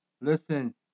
Listen